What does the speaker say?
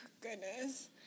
Goodness